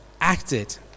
acted